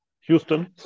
Houston